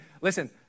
listen